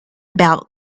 about